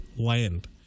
land